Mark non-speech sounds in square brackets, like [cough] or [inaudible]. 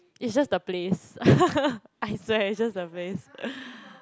it's just the place [laughs] I swear it's just the place